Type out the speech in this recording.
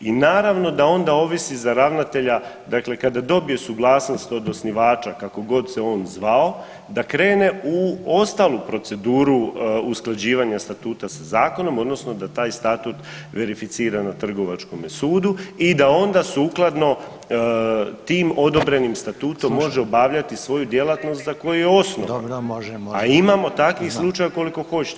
I naravno da onda ovisi za ravnatelja, dakle kada dobije suglasnost od osnivača kako god se on zvao da krene u ostalu proceduru usklađivanja statuta sa zakonom odnosno da taj statut verificira na Trgovačkome sudu i da onda sukladno tim odobrenim statutom može obavljati svoju djelatnost za koju je osnovan, a imamo takvih slučajeva koliko hoćete.